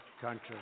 country